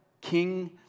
king